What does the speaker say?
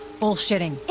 bullshitting